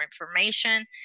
information